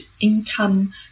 income